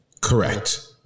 correct